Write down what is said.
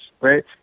right